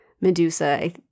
medusa